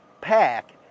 pack